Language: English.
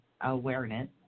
awareness